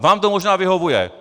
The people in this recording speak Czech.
Vám to možná vyhovuje.